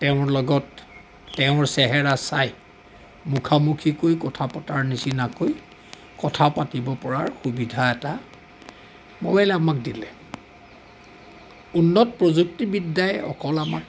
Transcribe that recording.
তেওঁৰ লগত তেওঁৰ চেহেৰা চাই মুখামুখিকৈ কথা পতাৰ নিচিনাকৈ কথা পাতিব পৰাৰ সুবিধা এটা মোবাইলে আমাক দিলে উন্নত প্ৰযুক্তিবিদ্যাই অকল আমাক